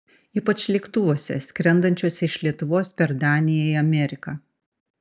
ypač lėktuvuose skrendančiuose iš lietuvos per daniją į ameriką